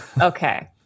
okay